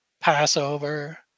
Passover